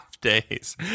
days